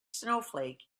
snowflake